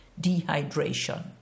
dehydration